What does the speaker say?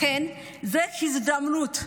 לכן זאת הזדמנות.